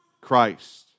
Christ